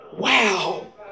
Wow